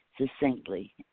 succinctly